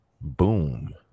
Boom